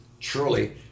truly